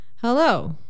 Hello